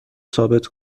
ثابت